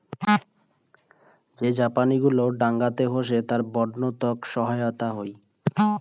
যে ঝাপনি গুলো ডাঙাতে হসে তার বন্য তক সহায়তা হই